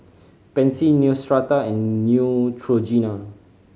Pansy Neostrata and Neutrogena